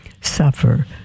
suffer